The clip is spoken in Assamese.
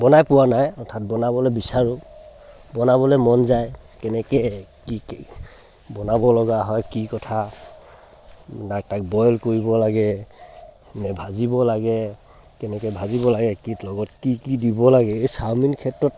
বনাই পোৱা নাই অৰ্থাৎ বনাবলৈ বিচাৰোঁ বনাবলৈ মন যায় কেনেকৈ কি কি বনাব লগা হয় কি কথা না তাক বইল কৰিব লাগে নে ভাজিব লাগে কেনেকৈ ভাজিব লাগে কি লগত কি কি দিব লাগে চাওমিন ক্ষেত্ৰত